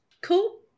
cool